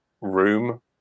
room